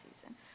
season